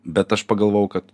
bet aš pagalvojau kad